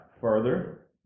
further